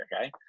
okay